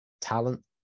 talent